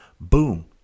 Boom